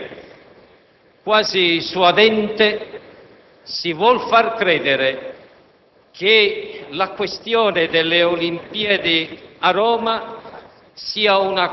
aderisco alle motivazioni di contrarietà esposte dal senatore Leoni, ma ritengo vada aggiunto dall'altro.